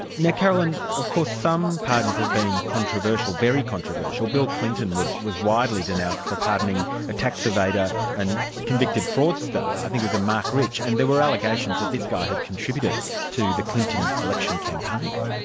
now carolyn of course some pardons have been controversial, very controversial. bill clinton was was widely denounced for pardoning a tax evader and convicted fraudster, i think it was a mark rich, and there were allegations that this guy had contributed to the clinton election campaign.